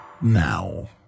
now